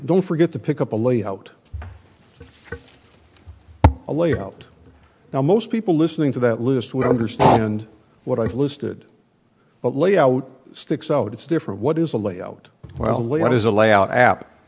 don't forget to pick up a layout thing a layout now most people listening to that list will understand what i've listed but layout sticks out it's different what is a layout well what is a layout app